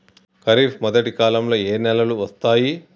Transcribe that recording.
ఖరీఫ్ మొదటి కాలంలో ఏ నెలలు వస్తాయి?